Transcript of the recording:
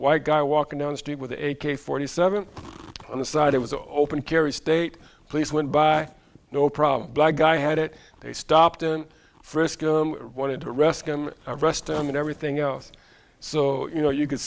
white guy walking down the street with a k forty seven on the side it was an open carry state police went by no problem black guy had it they stopped and frisk wanted to arrest him arrest him and everything else so you know you c